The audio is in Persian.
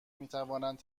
میتوانند